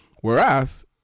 Whereas